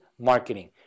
marketing